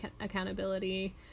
accountability